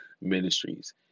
ministries